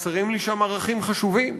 חסרים לי שם ערכים חשובים: